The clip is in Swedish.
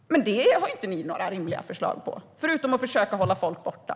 Men det har inte ni några rimliga förslag om, förutom att försöka hålla folk borta.